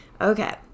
Okay